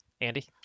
Andy